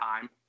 time